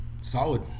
Solid